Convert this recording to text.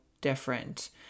different